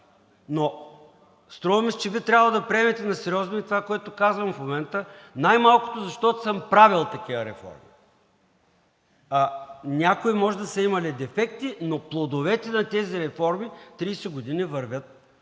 Струва ми се, че би трябвало да приемете на сериозно това, което казвам в момента, най-малкото защото съм правил такива реформи. Някои може да са имали дефекти, но плодовете на тези реформи от 30 години вървят нагоре.